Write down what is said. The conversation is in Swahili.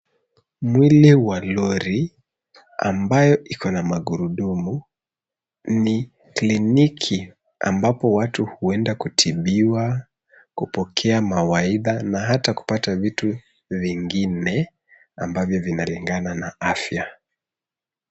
Mwili wa lori ambayo iko na magurudumu, ni kliniki ambapo watu huenda kutibiwa, kupokea mawaidha na hata kupata vitu vingine ambavyo vinalingana na afya.